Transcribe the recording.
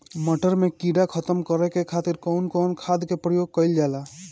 मटर में कीड़ा खत्म करे खातीर कउन कउन खाद के प्रयोग कईल जाला?